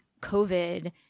COVID